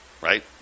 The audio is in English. right